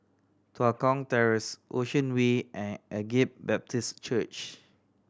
Tua Kong Terrace Ocean Way and Agape Baptist Church